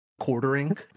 quartering